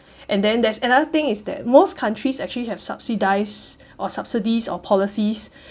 and then there's another thing is that most countries actually have subsidise or subsidies or policies